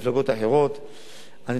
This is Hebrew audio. אני לא אומר כרגע לבטל את חוק השבות,